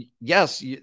Yes